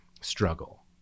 struggle